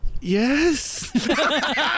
Yes